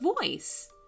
voice